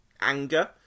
anger